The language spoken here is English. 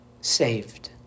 saved